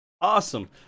Awesome